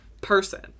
person